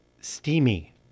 Steamy